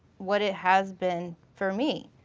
what it has been for me.